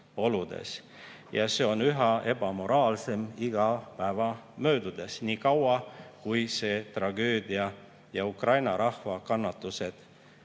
Ja see on üha ebamoraalsem iga päeva möödudes, niikaua kui see tragöödia ja Ukraina rahva kannatused